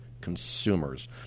consumers